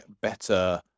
better